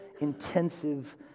intensive